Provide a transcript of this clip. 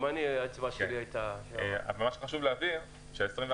גם אני האצבע שלי הייתה --- חשוב להבהיר ש-24